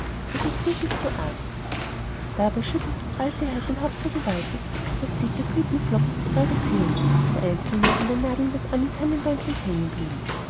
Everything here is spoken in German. es ist wirklich zu arg dabei schüttelte der alte herr sein haupt so gewaltig daß dicke blütenflocken zur erde fielen und einzelne an den nadeln des armen tannenbäumchens hängen blieben